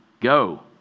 Go